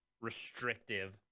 restrictive